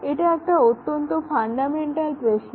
এটা একটা অত্যন্ত ফান্ডামেন্টাল প্রশ্ন